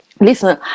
Listen